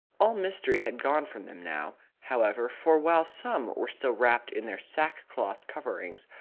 all mystery had gone from them now, however, for while some were still wrapped in their sackcloth coverings,